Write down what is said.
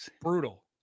Brutal